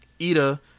Ida